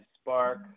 spark